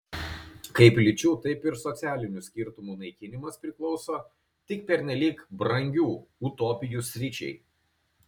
kaip lyčių taip ir socialinių skirtumų naikinimas priklauso tik pernelyg brangių utopijų sričiai